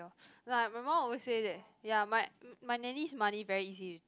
like my mum always say that ya my my nanny's money very easy